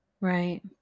Right